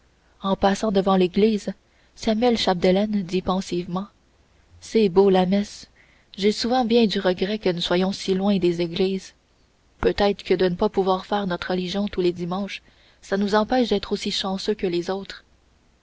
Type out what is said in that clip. en passant devant l'église samuel chapdelaine dit pensivement c'est beau la messe j'ai souvent bien du regret que nous soyons si loin des églises peut-être que de ne pas pouvoir faire notre religion tous les dimanches ça nous empêche d'être aussi chanceux que les autres